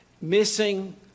missing